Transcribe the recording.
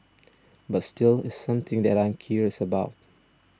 but still it's something that I am curious about